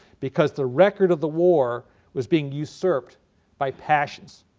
because the record of the war was being usurped by passions.